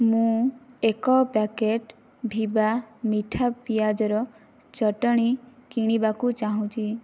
ମୁଁ ଏକ ପ୍ୟାକେଟ୍ ଭିବା ମିଠା ପିଆଜର ଚଟଣି କିଣିବାକୁ ଚାହୁଁଛି